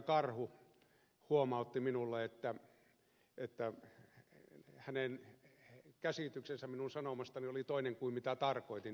karhu huomautti minulle hänen käsityksensä minun sanomastani oli toinen kuin mitä tarkoitin